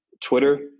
Twitter